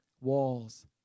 walls